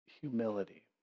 humility